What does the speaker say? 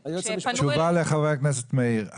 תשובה לחבר הכנסת מאיר כהן,